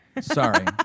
sorry